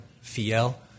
Fiel